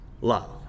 Love